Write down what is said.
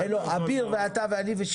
שיר ואני,